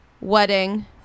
Wedding